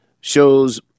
shows